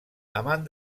amant